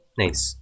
nice